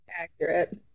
accurate